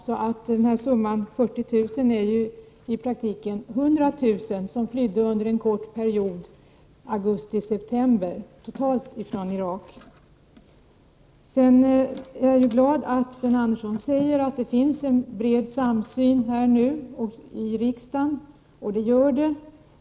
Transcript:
Det innebär att summan 40 000 är felaktig och att det i praktiken är totalt över 100 000 människor som under en kort period i augusti-september flydde från Irak. Jag är glad att Sten Andersson säger att det finns en bred samsyn här i riksdagen. Det gör det.